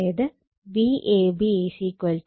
അത് Vab Van Vbn